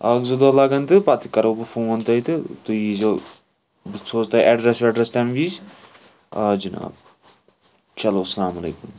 اَکھ زٕ دۄہ لَگَن تہٕ پَتہٕ کَرہو بہٕ فون تۄہہِ تہٕ تُہۍ یِیزیٚو بہٕ سوزٕ تۄہہِ ایٚڈرَس ویٚڈرَس تمہِ وِز آ جِناب چَلو السلام علَیکُم